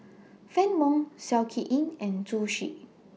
Fann Wong Seow Kin Yit and Zhu Xu